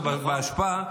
באשפה,